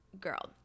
girl